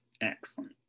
Excellent